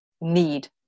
need